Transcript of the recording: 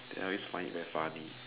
then I always find it very funny